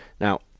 Now